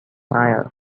mayer